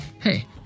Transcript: hey